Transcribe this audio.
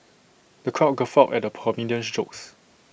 the crowd guffawed at the comedian's jokes